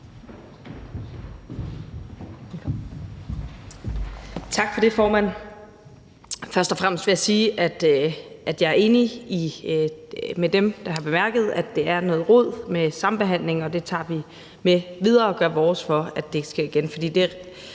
Tak for det, formand. Først og fremmest vil jeg sige, at jeg er enig med dem, der har bemærket, at det er noget rod med sambehandlingen, og det tager vi med videre og gør vores, for at det ikke sker igen.